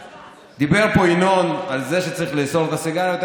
דיבר פה ינון על זה שצריך לאסור את הסיגריות.